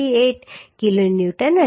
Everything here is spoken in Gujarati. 528 કિલોન્યુટન હશે